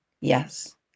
Yes